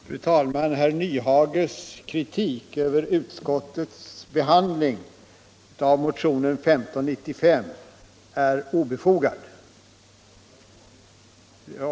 Fru talman! Herr Nyhages kritik mot utskottets behandling av motionen 1595 är obefogad.